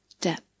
depth